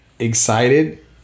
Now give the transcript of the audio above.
excited